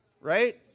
right